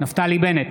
נפתלי בנט,